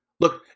Look